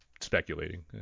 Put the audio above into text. speculating